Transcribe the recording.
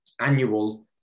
annual